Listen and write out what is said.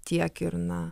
tiek ir na